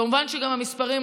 כמובן שגם המספרים,